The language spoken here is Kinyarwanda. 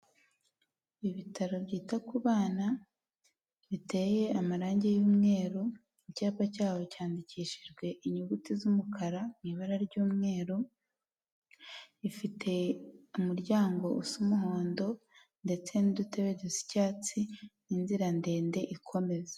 Ibitaro byita ku bana, biteye amarangi y'umweru, icyapa cyawo cyandikishijwe inyuguti z'umukara, mu ibara ry'umweru rifite umuryango usa umuhondo ndetse n'udutebe dusa icyatsi, inzira ndende ikomeza.